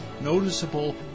noticeable